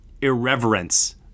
irreverence